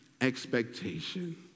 expectation